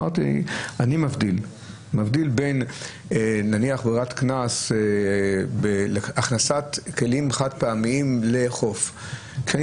אמרתי שאני מבדיל בין ברירת קנס להכנסת כלים חד-פעמיים לחוף כי אני